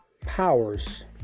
powers